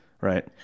right